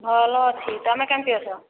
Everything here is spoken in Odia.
ଭଲ ଅଛି ତମେ କେମିତି ଅଛ